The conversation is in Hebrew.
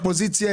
אופוזיציה,